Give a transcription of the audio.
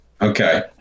Okay